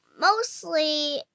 mostly